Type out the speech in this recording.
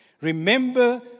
Remember